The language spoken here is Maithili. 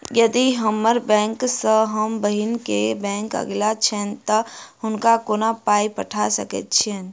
यदि हम्मर बैंक सँ हम बहिन केँ बैंक अगिला छैन तऽ हुनका कोना पाई पठा सकैत छीयैन?